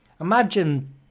imagine